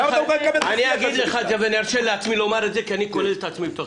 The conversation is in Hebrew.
למה אתה מוכן לקבל את השיח הזה בכלל?